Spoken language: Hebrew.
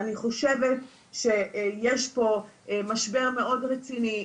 אני חושבת שיש פה משבר מאוד רציני.